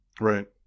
Right